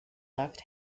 left